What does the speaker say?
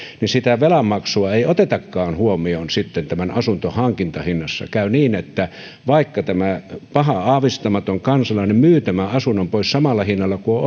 että sitä velanmaksua ei otetakaan huomioon sitten asunnon hankintahinnassa käy niin että vaikka tämä pahaa aavistamaton kansalainen myy tämän asunnon pois samalla hinnalla kuin